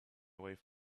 wife